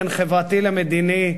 בין חברתי למדיני,